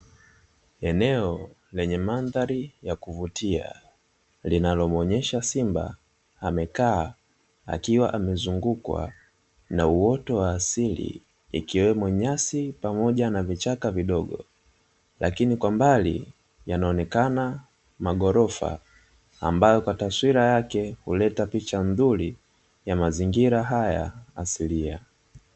Eneo lenye mandhari ya kuvutia, linalomuonyesha simba amekaa, akiwa amezungukwa na uoto wa asili ikiwemo nyasi pamoja na michaka midogo. Kwa mbali, yanaonekana magorofa ambayo, kwa taswira yake, yameleta picha nzuri ya mazingira haya asilia.